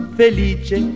felice